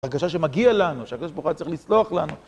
הרגשה שמגיע לנו, שהקדוש ברוך הוא היה צריך לסלוח לנו